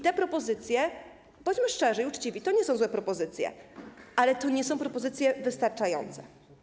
Te propozycje, bądźmy szczerzy i uczciwi, to nie są złe propozycje, ale to nie są propozycje wystarczające.